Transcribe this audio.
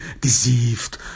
deceived